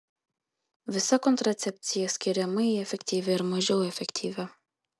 visa kontracepcija skiriama į efektyvią ir mažiau efektyvią